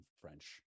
french